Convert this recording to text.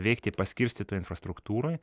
veikti paskirstytoj infrastruktūroj